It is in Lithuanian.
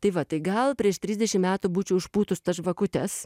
tai va tai gal prieš trisdešim metų būčiau užpūtus žvakutes